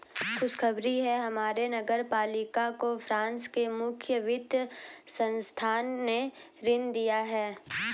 खुशखबरी है हमारे नगर पालिका को फ्रांस के मुख्य वित्त संस्थान ने ऋण दिया है